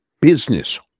business